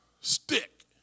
stick